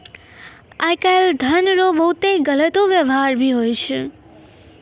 आय काल धन रो बहुते गलत वेवहार भी हुवै छै